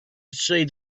see